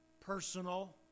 personal